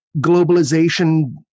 globalization